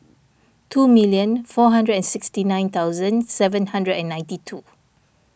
two million four hundred and sixty nine thousand seven hundred and ninety two